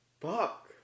Fuck